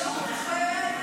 נשימתכם.